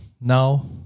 now